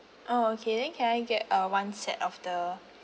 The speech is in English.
oh okay then can I get uh one set of the